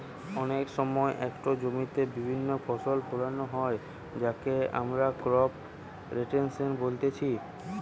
অনেক সময় একটো জমিতে বিভিন্ন ফসল ফোলানো হয় যাকে আমরা ক্রপ রোটেশন বলতিছে